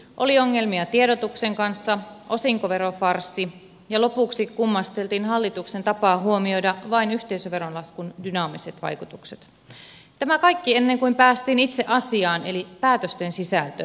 oli ongelmia tiedotuksen kanssa osinkoverofarssi ja lopuksi kummasteltiin hallituksen tapaa huomioida vain yhteisöveron laskun dynaamiset vaikutukset tämä kaikki ennen kuin päästiin itse asiaan eli päätösten sisältöön